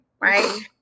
right